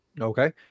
Okay